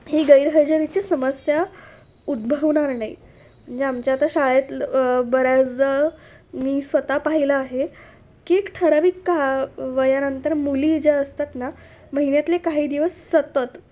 ही गैरहजेरीची समस्या उद्भवणार नाही म्हणजे आमच्या आता शाळेत बऱ्याचदा मी स्वतः पाहिलं आहे की एक ठराविक का वयानंतर मुली ज्या असतात ना महिन्यातले काही दिवस सतत